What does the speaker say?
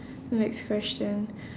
next question